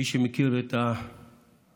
מי שמכיר את הדינמיקה